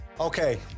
okay